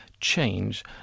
change